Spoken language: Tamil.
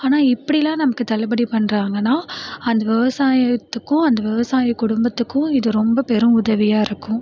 ஆனால் இப்படிலாம் நமக்கு தள்ளுபடி பண்ணுறாங்கன்னா அந்த விவசாயத்துக்கும் அந்த விவசாய குடும்பத்துக்கும் இது ரொம்ப பெரும் உதவியாக இருக்கும்